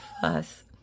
fuss